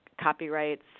copyrights